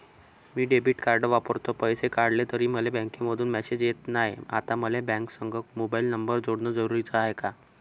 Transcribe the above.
मी debit card वापरतो, पैसे काढले तरी मले बँकेमंधून मेसेज येत नाय, आता मले बँकेसंग मोबाईल नंबर जोडन जरुरीच हाय का?